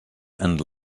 and